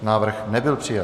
Návrh nebyl přijat.